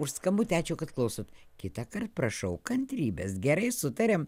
už skambutį ačiū kad klausot kitąkart prašau kantrybės gerai sutariam